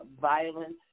violence